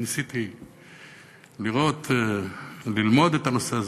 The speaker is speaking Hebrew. ניסיתי ללמוד את הנושא הזה,